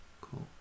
cool